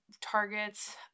targets